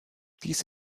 dies